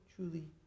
truly